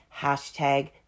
Hashtag